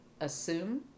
assume